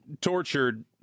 tortured